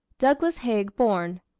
douglas haig born.